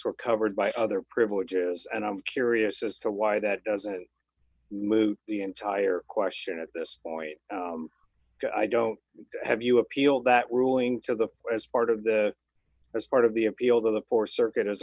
were covered by other privileges and i'm curious as to why that doesn't move the entire question at this point i don't have you appeal that ruling to the as part of the as part of the appeal of the four circuit as